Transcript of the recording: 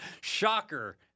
shocker